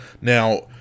Now